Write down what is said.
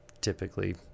typically